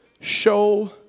show